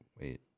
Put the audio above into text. Wait